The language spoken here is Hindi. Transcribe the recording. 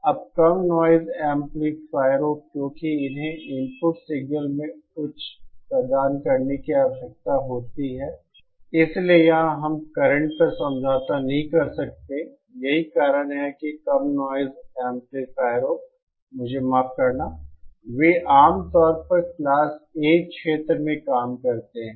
अब कम नॉइज़ एम्पलीफायरों क्योंकि उन्हें इनपुट सिग्नल में उच्च प्रदान करने की आवश्यकता है इसलिए यहां हम करंट पर समझौता नहीं कर सकते हैं यही कारण है कि कम नॉइज़ एम्पलीफायरों मुझे माफ करना वे आमतौर पर क्लास A क्षेत्र में काम करते हैं